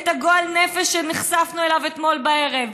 את הגועל נפש שנחשפנו אליו אתמול בערב.